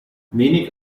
wenig